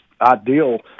ideal